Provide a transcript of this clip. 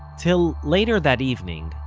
till later that evening,